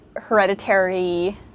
hereditary